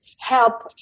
help